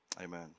amen